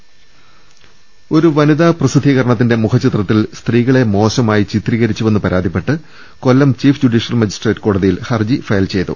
രുട്ട്ട്ട്ട്ട്ട്ട്ട്ട ഒരു വനിതാ പ്രസിദ്ധീകരണത്തിന്റെ മുഖചിത്രത്തിൽ സ്ത്രീകളെ മോശമായി ചിത്രീകരിച്ചുവെന്ന് പരാതിപ്പെട്ട് Kollam chief judicial magistrate കോടതിയിൽ ഹർജി ഫയൽ ചെയ്തു